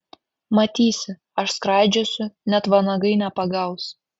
matysi aš skraidžiosiu net vanagai nepagaus